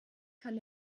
kann